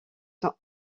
sont